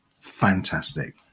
fantastic